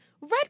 Red